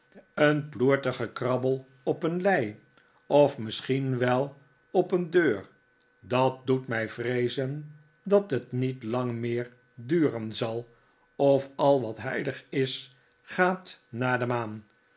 een ploertig gekrabbel op een lei of misschien wel op een deur dat doet mii vreezen dat het niet lang meer duren zal of al wat heilig is gaat naar de maan